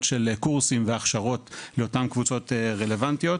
של קורסים והכשרות לאותן קבוצות רלוונטיות.